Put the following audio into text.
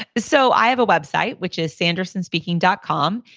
so i have a website which is sandersonspeaking dot com,